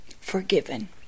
Forgiven